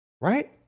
right